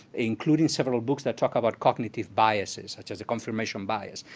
including several books that talk about cognitive biases, such as a confirmation bias,